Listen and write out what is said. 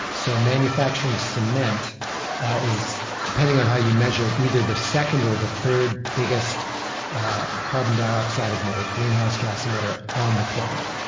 so manufacturing cement is, depending on how you measure it, either the second or the third biggest carbon dioxide emitter, greenhouse gas emitter on the planet.